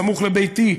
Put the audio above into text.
סמוך לביתי,